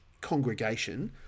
congregation